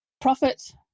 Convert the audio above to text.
profit